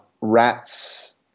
rats